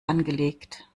angelegt